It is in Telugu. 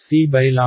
విద్యార్థి C